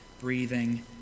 breathing